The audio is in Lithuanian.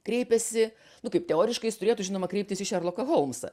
kreipėsi nu kaip teoriškai jis turėtų žinoma kreiptis į šerloką holmsą